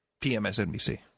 PMSNBC